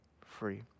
free